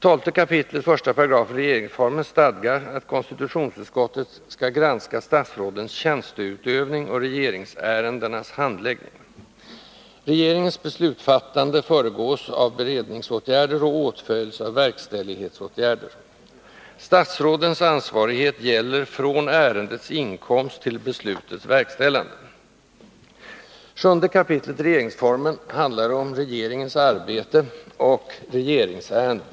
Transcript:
12 kap. 1§ regeringsformen stadgar att konstitutionsutskottet skall granska statsrådens tjänsteutövning och regeringsärendenas handläggning. Regeringens beslutsfattande föregås av beredningsåtgärder och åtföljs av verkställighetsåtgärder. Statsrådens ansvarighet gäller från ärendets inkomst till beslutets verkställande. 7 kap. regeringsformen handlar om regeringens arbete och regeringsärendena.